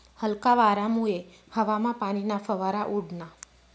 हलका वारामुये हवामा पाणीना फवारा उडना